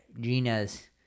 gina's